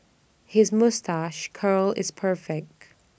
his moustache curl is perfect